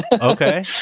Okay